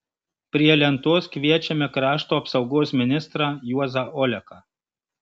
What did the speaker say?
prie lentos kviečiame krašto apsaugos ministrą juozą oleką